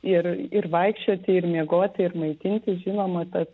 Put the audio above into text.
ir ir vaikščioti ir miegoti ir maitintis žinoma tas